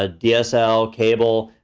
ah dsl, cable,